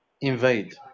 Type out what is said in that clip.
Invade